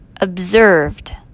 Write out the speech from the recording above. observed